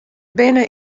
binne